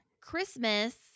Christmas